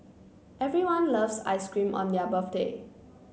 everyone loves ice cream on their birthday